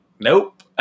nope